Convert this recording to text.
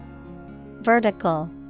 Vertical